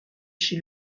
chez